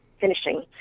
finishing